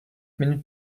minutes